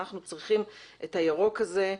אנחנו צריכים את הירוק הזה.